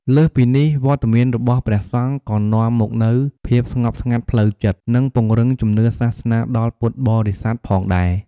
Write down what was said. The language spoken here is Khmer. លើសពីនេះ វត្តមានរបស់ព្រះសង្ឃក៏នាំមកនូវភាពស្ងប់ស្ងាត់ផ្លូវចិត្ត និងពង្រឹងជំនឿសាសនាដល់ពុទ្ធបរិស័ទផងដែរ។